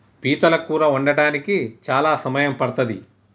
పీతల కూర వండడానికి చాలా సమయం పడ్తది